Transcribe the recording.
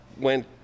went